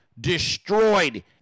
destroyed